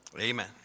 Amen